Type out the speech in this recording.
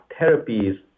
therapies